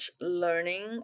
learning